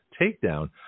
takedown